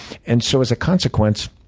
and so as a consequence,